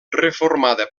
reformada